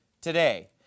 today